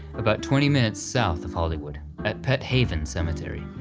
about twenty minutes south of hollywood, at pet haven cemetery.